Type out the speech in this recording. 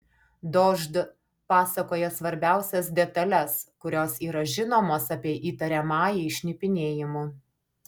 dožd pasakoja svarbiausias detales kurios yra žinomos apie įtariamąjį šnipinėjimu